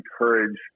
encourage